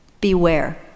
beware